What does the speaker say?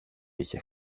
είχε